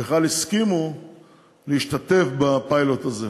בכלל הסכימו להשתתף בפיילוט הזה.